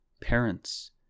Parents